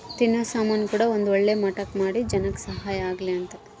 ತಿನ್ನೋ ಸಾಮನ್ ಕೂಡ ಒಂದ್ ಒಳ್ಳೆ ಮಟ್ಟಕ್ ಮಾಡಿ ಜನಕ್ ಸಹಾಯ ಆಗ್ಲಿ ಅಂತ